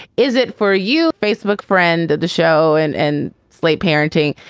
is it for you? facebook friend of the show and and slate parenting.